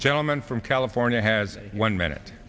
gentleman from california has one minute